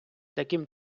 таким